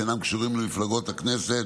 שאינם קשורים למפלגות הכנסת,